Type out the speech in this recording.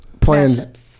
plans